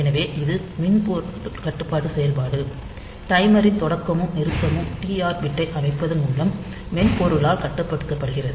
எனவே இது மென்பொருள் கட்டுப்பாட்டு செயல்பாடு டைமரின் தொடக்கமும் நிறுத்தமும் டிஆர் பிட்டை அமைப்பதன் மூலம் மென்பொருளால் கட்டுப்படுத்தப்படுகிறது